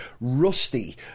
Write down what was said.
rusty